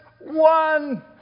one